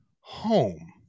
home